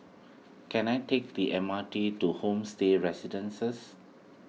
can I take the M R T to Homestay Residences